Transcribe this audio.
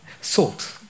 Salt